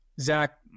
Zach